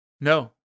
No